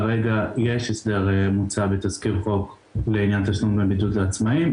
כרגע יש הסדר מוצע בתזכיר חוק לעניין תשלום דמי בידוד לעצמאים,